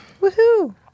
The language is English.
Woohoo